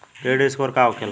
Credit score का होखेला?